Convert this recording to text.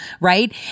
right